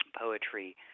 poetry